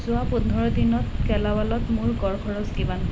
যোৱা পোন্ধৰ দিনত গেলামালত মোৰ গড় খৰচ কিমান